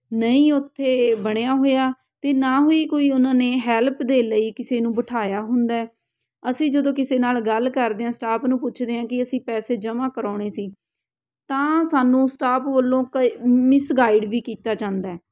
ਨਹੀਂ ਉੱਥੇ ਬਣਿਆ ਹੋਇਆ ਅਤੇ ਨਾ ਹੀ ਕੋਈ ਉਹਨਾਂ ਨੇ ਹੈਲਪ ਦੇ ਲਈ ਕਿਸੇ ਨੂੰ ਬਿਠਾਇਆ ਹੁੰਦਾ ਹੈ ਅਸੀਂ ਜਦੋਂ ਕਿਸੇ ਨਾਲ ਗੱਲ ਕਰਦੇ ਹਾਂ ਸਟਾਫ ਨੂੰ ਪੁੱਛਦੇ ਹਾਂ ਕਿ ਅਸੀਂ ਪੈਸੇ ਜਮ੍ਹਾਂ ਕਰਵਾਉਣੇ ਸੀ ਤਾਂ ਸਾਨੂੰ ਸਟਾਫ ਵੱਲੋਂ ਕੋਈ ਮਿਸਗਾਈਡ ਵੀ ਕੀਤਾ ਜਾਂਦਾ ਹੈ